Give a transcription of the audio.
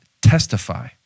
Testify